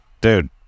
dude